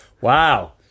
Wow